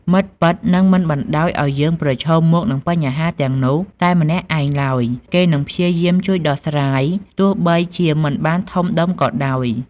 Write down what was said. មិត្តពិតនឹងមិនបណ្តោយឲ្យយើងប្រឈមមុខនឹងបញ្ហាទាំងនោះតែម្នាក់ឯងឡើយ គេនឹងព្យាយាមជួយដោះស្រាយ ទោះបីជាមិនបានធំដុំក៏ដោយ។